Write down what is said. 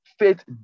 Faith